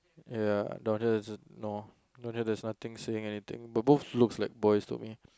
ya down there is a more down there there's nothing saying anything but both looks like boys to me